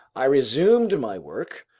i resumed my work,